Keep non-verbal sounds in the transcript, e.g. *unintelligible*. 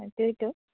*unintelligible*